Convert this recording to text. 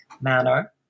manner